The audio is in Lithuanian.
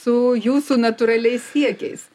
su jūsų natūraliais siekiais